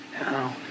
No